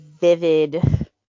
vivid